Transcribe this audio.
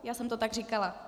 Já jsem to tak říkala.